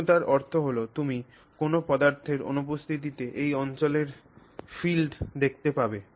শূন্যতার অর্থ হল তুমি কোনও পদার্থের অনুপিস্থিতে ওই অঞ্চলের ফিল্ড দেখতে পাবে